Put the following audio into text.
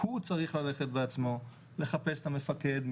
הוא צריך ללכת בעצמו לחפש את המפקד.